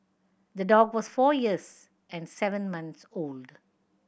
the dog was four years and seven months old